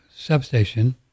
substation